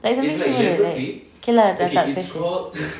like something similar right okay lah dah tak special